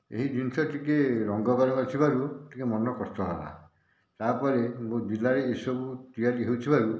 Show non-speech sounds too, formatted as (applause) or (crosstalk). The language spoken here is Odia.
ଏହି ଜିନିଷ ଟିକିଏ ରଙ୍ଗ (unintelligible) ନଥିବାରୁ ଟିକିଏ ମନ କଷ୍ଟ ହେଲା ତା'ପରେ ମୋ ଜିଲ୍ଲାରେ ଏସବୁ ତିଆରି ହେଉଥିବାରୁ